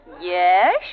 Yes